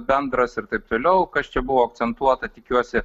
bendras ir taip toliau kas čia buvo akcentuota tikiuosi